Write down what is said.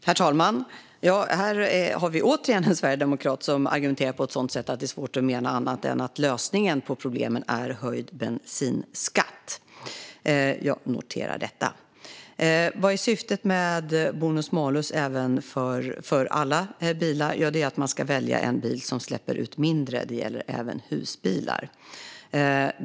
Herr talman! Vi hör återigen en sverigedemokrat som argumenterar så att det är svårt att förstå det på annat sätt än att lösningen på problemen är höjd bensinskatt. Jag noterar detta. Vad är syftet med bonus-malus, för alla bilar? Det är att man ska välja en bil som släpper ut mindre. Det gäller även husbilar.